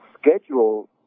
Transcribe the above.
schedule